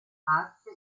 arte